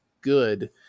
good